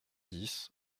dix